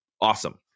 awesome